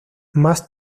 más